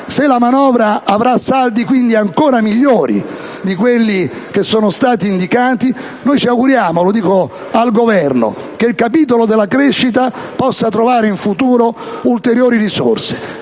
Se la manovra avrà saldi ancora migliori di quelli che sono stati indicati noi ci auguriamo - lo dico al Governo - che il capitolo della crescita possa trovare in futuro ulteriori risorse.